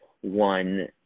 one